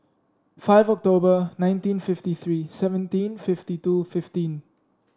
five October nineteen fifty three seventeen fifty two fifteen